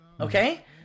okay